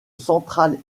centrales